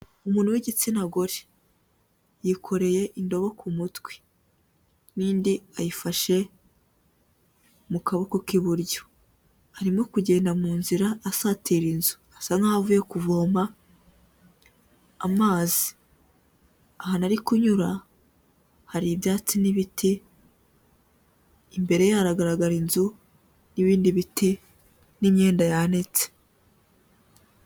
Umuntu w'igitsina gore yikoreye indobo ku mutwe n'indi ayifashe mu kaboko k'iburyo, arimo kugenda mu nzira asatira inzu, asa nkaho avuye kuvoma amazi, ahantu ari kunyura hari ibyatsi n'ibiti, imbere ye haragaragara inzu n'ibindi biti n'imyenda yanitse.